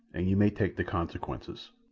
and you may take the consequences.